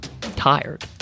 tired